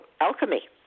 alchemy